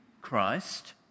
Christ